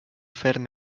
ferm